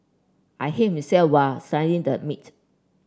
I him while slicing the meat